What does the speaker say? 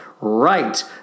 right